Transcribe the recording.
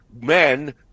men